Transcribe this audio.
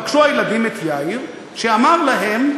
פגשו הילדים את יאיר שאמר להם,